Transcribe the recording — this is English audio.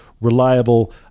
Reliable